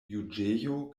juĝejo